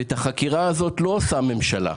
ואת החקירה הזאת לא עושה הממשלה,